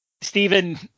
Stephen